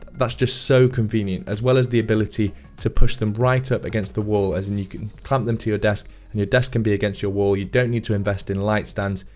that's just so convenient. as well as, the ability to push them right up against the wall as and you can clamp them to your desk and your desk can be against your wall. you don't need to invest in light stands,